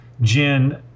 Jin